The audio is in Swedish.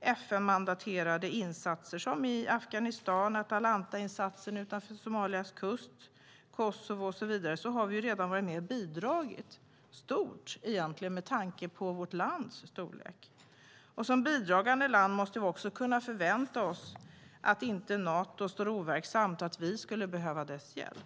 FN-mandaterade insatser som den i Afghanistan, Atalantainsatsen utanför Somalias kust och i Kosovo har vi redan varit med och bidragit stort med tanke på vårt lands storlek. Som bidragande land måste vi kunna förvänta oss att Nato inte står overksamt ifall vi skulle behöva dess hjälp.